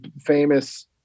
famous